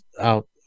out